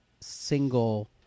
single